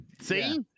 See